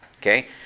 Okay